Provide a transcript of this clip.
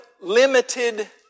limited